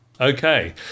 Okay